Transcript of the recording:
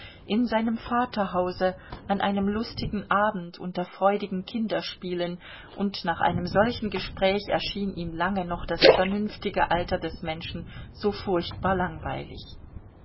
in seinem vaterhause an einem lustigen abend unter freudigen kinderspielen und nach einem solchen gespräch erschien ihm lange noch das vernünftige alter des menschen so furchtbar langweilig